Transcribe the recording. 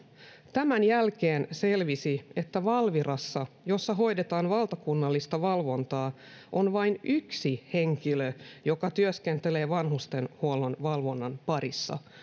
tämän jälkeen selvisi että valvirassa jossa hoidetaan valtakunnallista valvontaa on vain yksi henkilö joka työskentelee vanhustenhuollon valvonnan parissa